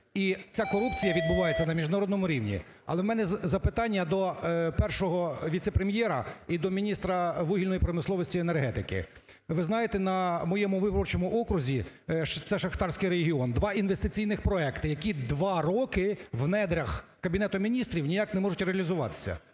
і ця корупція відбувається на міжнародному рівні. Але в мене запитання до Першого віце-прем'єра і до міністра вугільної промисловості, і енергетики. Ви знаєте, на моєму виборчому окрузі, це шахтарський регіон, два інвестиційні проекти, які два роки в надрах Кабінету Міністрів ніяк не можуть реалізуватися.